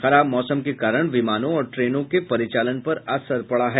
खराब मौसम के कारण विमानों और ट्रेनों के परिचालन पर असर पड़ा है